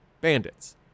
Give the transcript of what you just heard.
bandits